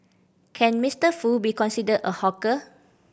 can Mister Foo be considered a hawker